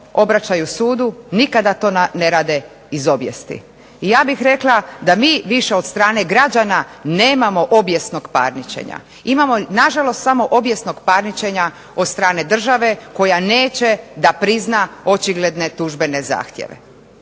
obraćaju sudu nikada to ne rade iz obijesti, i ja bih rekla da mi više od strane građana nemamo obijesnog parničenja, imamo na žalost samo obijesnog parničenja od strane države koja neće da prizna očigledne tužbene zahtjeve.